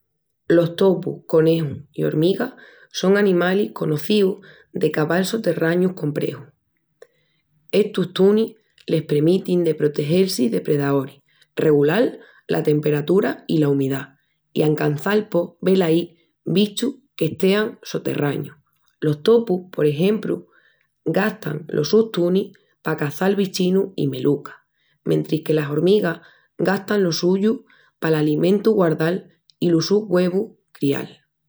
Los topus, conejus i hormigas son animalis conocíus de caval soterrañus comprexus. Estus tunis les premitin de protegel-si de predaoris, regulal la temperatura i la umidá, i ancançal pos, velaí, bichus qu'estean soterrañus. Los topus, por exempru, gastan los sus tunis pa caçal bichinus i melucas, mentris que las hormigas gastan los suyus pal alimentu guardal i los sus güevus crial.